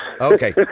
Okay